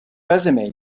resume